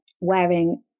wearing